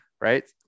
right